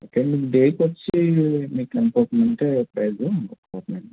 okay మీకు day వచ్చి మీకు ఎంత అవుతుంది అంటే ప్రైస్ ఓకే